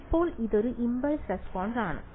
ഇപ്പോൾ ഇതൊരു impulse response ആണ്